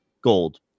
gold